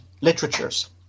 literatures